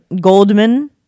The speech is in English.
Goldman